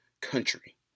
country